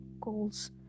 goals